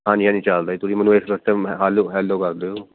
ਹਾਂਜੀ ਹਾਂਜੀ ਚਲਦਾ ਜੀ ਤੁਸੀਂ ਮੈਨੂੰ ਇਸ ਉੱਤੇ ਹਲੋ ਹੈਲੋ ਕਰ ਦਿਓ